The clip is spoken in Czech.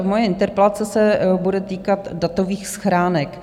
Moje interpelace se bude týkat datových schránek.